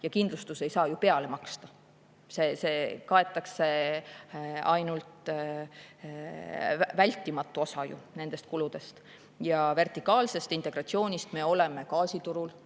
Ja kindlustus ei saa ju peale maksta. Kaetakse ju ainult vältimatu osa nendest kuludest. Ja vertikaalsest integratsioonist me oleme gaasiturul,